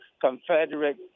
Confederate